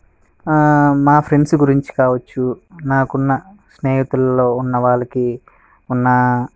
మా ఫ్రెండ్స్ గురించి కావచ్చు నాకు ఉన్న స్నేహితులలో ఉన్నవాళ్ళకి ఉన్న